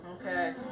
Okay